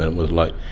and was like,